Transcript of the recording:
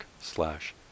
slash